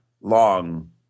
long